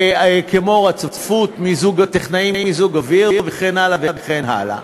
כמו רצפוּת, טכנאי מיזוג אוויר וכן הלאה וכן הלאה.